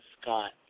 Scott